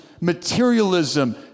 materialism